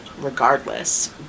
regardless